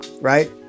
right